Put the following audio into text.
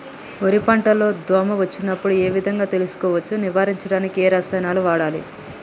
వరి పంట లో దోమ వచ్చినప్పుడు ఏ విధంగా తెలుసుకోవచ్చు? నివారించడానికి ఏ రసాయనాలు వాడాలి?